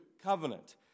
covenant